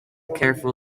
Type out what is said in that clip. careful